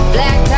Black